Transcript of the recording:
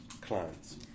clients